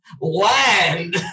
land